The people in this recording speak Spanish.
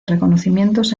reconocimientos